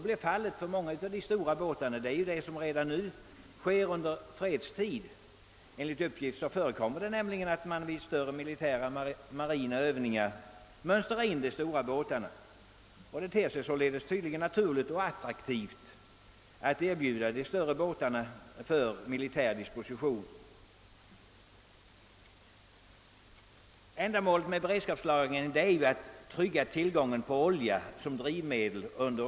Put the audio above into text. Enligt uppgift förekommer det redan nu, alltså under fredstid, att de stora båtarna mönstras in vid större militära marina Övningar. Det ter sig tydligen både naturligt och attraktivt att ställa båtarna till militärens disposition. Ändamålet med beredskapslagringen är att i krissituationer trygga tillgången på olja som drivmedel.